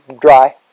dry